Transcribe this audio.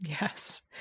Yes